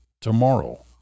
tomorrow